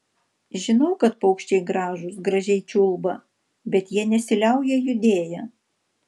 žinau kad paukščiai gražūs gražiai čiulba bet jie nesiliauja judėję